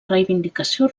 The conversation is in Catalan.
reivindicació